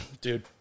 Dude